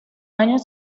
años